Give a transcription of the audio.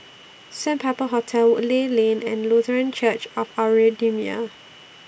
Sandpiper Hotel Woodleigh Lane and Lutheran Church of Our Redeemer